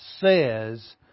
says